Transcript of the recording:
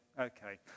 okay